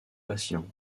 patients